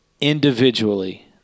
individually